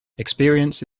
experience